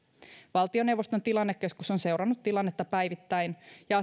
valtioneuvoston tilannekeskus on seurannut tilannetta päivittäin ja